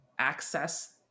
Access